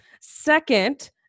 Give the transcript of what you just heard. Second